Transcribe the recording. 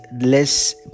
less